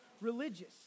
religious